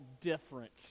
different